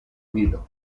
nilo